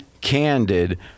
candid